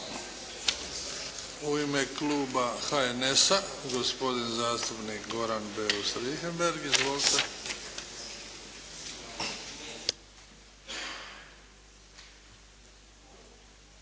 U ime kluba HNS-a gospodin zastupnik Goran Beus Richembergh. Izvolite.